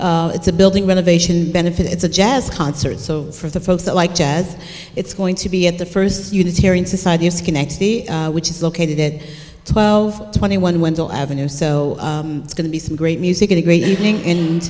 th it's a building renovation benefit it's a jazz concert so for the folks that like jazz it's going to be at the first unitarian society which is located twelve twenty one wendell avenue so it's going to be some great music a great evening and